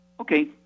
Okay